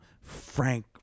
frank